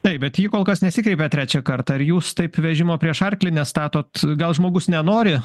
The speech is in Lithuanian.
taip bet ji kol kas nesikreipė trečią kartą ar jūs taip vežimo prieš arklį nestatot gal žmogus nenori